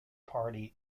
party